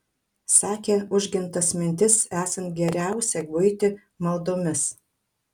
sakė užgintas mintis esant geriausia guiti maldomis